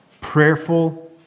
prayerful